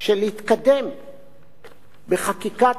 של להתקדם בחקיקת